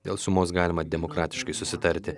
dėl sumos galima demokratiškai susitarti